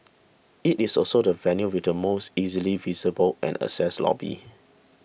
it is also the venue with the most easily visible and accessed lobby